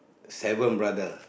seven brother